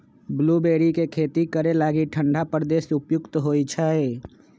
blueberry के खेती करे लागी ठण्डा प्रदेश उपयुक्त होइ छै